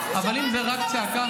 אבל אם זה רק צעקה,